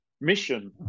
mission